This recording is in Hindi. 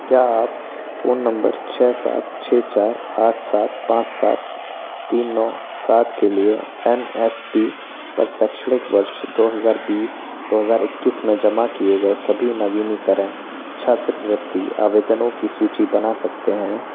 क्या आप फोन नम्बर छः सात छः चार आठ सात पाँच सात तीन नौ सात के लिए एन एस पी पर शैक्षणिक वर्ष दो हज़ार बीस दो हज़ार इक्कीस में जमा किए गए सभी नवीनीकरण छात्रवृत्ति आवेदनों की सूची बना सकते हैं